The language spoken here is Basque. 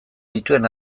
dituen